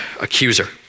accuser